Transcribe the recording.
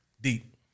Deep